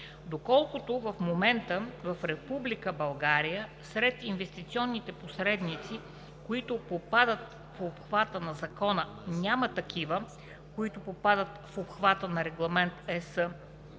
Доколкото към момента в Република България сред инвестиционните посредници, които попадат в обхвата на Закона, няма такива, които попадат в обхвата и на Регламент (ЕС)